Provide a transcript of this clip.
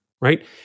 right